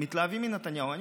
מתלהבים מנתניהו.